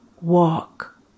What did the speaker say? Walk